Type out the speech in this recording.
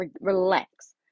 relax